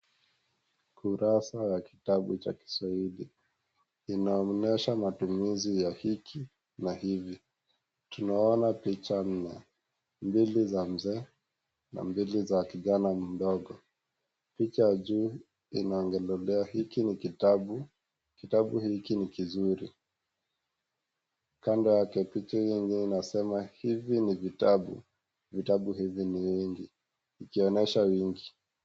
Kurasa la kitabu cha kiswahili. Inaonyesha matumizi ya hiki na hivi. Tunaona picha nne, mbili za mzee na mbili za kijana mdogo. Picha ya juu inaongelelea hiki ni kitabu, kitabu hiki ni kizuri. Kando yake, picha hiyo ingine inasema hivi ni vitabu, vitabu hivi ni vingi, ukionyesha wingi.